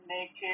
naked